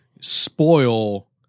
spoil